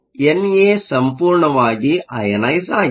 N A ಸಂಪೂರ್ಣವಾಗಿ ionise ಆಗಿದೆ